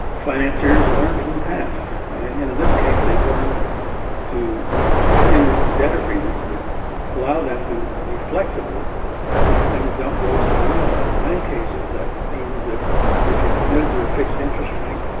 financiers have learned from the past. in in this case they've learned to enter into debt agreements that allow them to be flexible when things don't go so well. in many cases that means that if you're committed to a fixed interest rate,